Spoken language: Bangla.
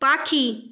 পাখি